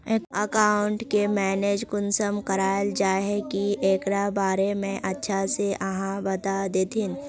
Account के manage कुंसम कराल जाय है की एकरा बारे में अच्छा से आहाँ बता देतहिन?